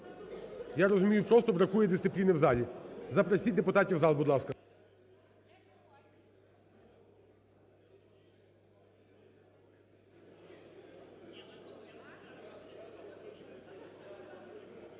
Я розумію, просто бракує дисципліни в залі. Запросіть депутатів в зал, будь ласка.